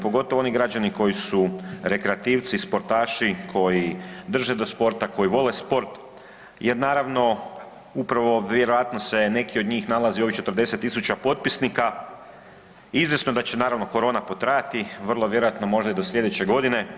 Pogotovo oni građani koji su rekreativci, sportaši koji drže do sporta koji vole sport, jer naravno upravo vjerojatno se neki od njih nalazi u ovih 40 tisuća potpisnika, izvjesno da će naravno korona potrajati, vrlo vjerojatno možda i do sljedeće godine.